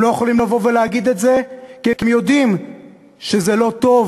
הם לא יכולים לבוא ולהגיד את זה כי הם יודעים שזה לא טוב